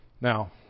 now